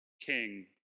King